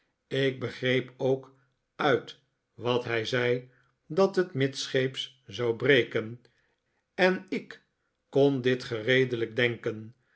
ik begreep ook uit wat hij zei dat het midscheeps zou breken en ik kon dit gereedelijk denken